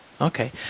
Okay